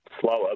slower